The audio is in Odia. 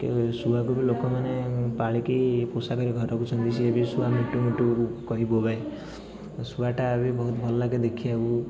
କିଏ ବି ଶୁଆକୁ ବି ଲୋକମାନେ ପାଳିକି ପୋଷାକରି ଘରେ ରଖୁଛନ୍ତି ସିଏ ବି ଶୁଆ ମିଟୁ ମିଟୁ ବୁ କହି ବୋବାଏ ଶୁଆଟା ବି ବହୁତ ଭଲ ଲାଗେ ଦେଖିବାକୁ